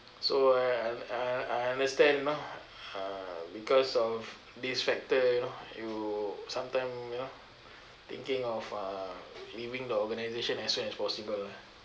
so I I I understand you know uh because of this factor you know you sometime you know thinking of uh leaving the organisation as soon as possible ah